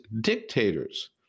dictators